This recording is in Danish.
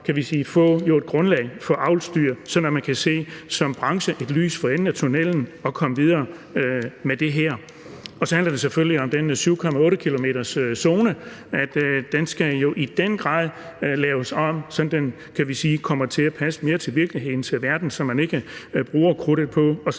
kan vi sige, få et grundlag for avlsdyr, sådan at man som branche kan se et lys for enden af tunnellen og komme videre med det her. Og så handler det selvfølgelig om den 7,8-kilometerszone, som i den grad skal laves om, sådan at den kommer til at passe mere til virkeligheden, til verden, så man ikke bruger krudtet på